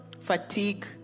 fatigue